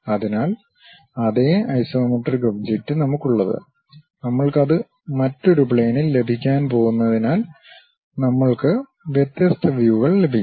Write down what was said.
അതിനാൽ അതേ isometric object നമുക്കുള്ളത് നമ്മൾക്ക് അത് മറ്റൊരു പ്ലെയിനിൽ ലഭിക്കാൻ പോകുന്നതിനാൽ നമ്മൾക്ക് വ്യത്യസ്ത വ്യൂകൾ ലഭിക്കും